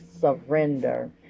surrender